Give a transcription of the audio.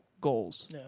goals